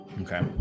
okay